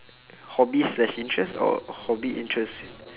hobbies slash interests or hobby interests